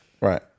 right